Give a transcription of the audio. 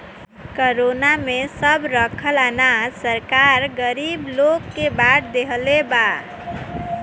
corona में सब रखल अनाज सरकार गरीब लोग के बाट देहले बा